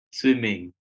swimming